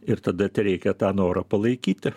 ir tada tereikia tą norą palaikyti